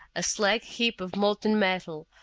a slag heap of molten metal,